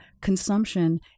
consumption